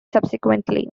subsequently